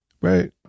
right